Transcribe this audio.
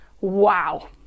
Wow